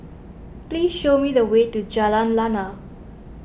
please show me the way to Jalan Lana